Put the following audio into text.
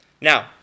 Now